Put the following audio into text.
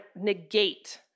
negate